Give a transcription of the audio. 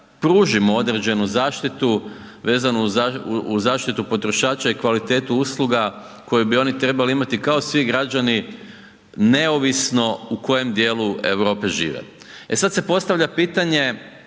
pružimo određenu zaštitu vezanu uz zaštitu potrošača i kvalitetu usluga koju bi oni trebali imati neovisno u kojem dijelu Europe žive. E sad se postavlja pitanje